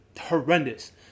Horrendous